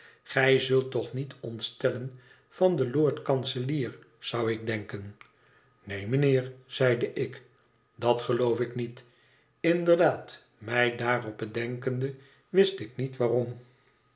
gij zult toch niet ontstellen van den lord kanselier zou ik denken neen mijnheer zeide ik dat geloof ik niet inderdaad mij daarop bedenkende wist ik niet waarom